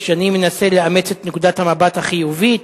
כשאני מנסה לאמץ את נקודת המבט החיובית,